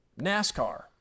NASCAR